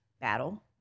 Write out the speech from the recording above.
battle